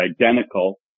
identical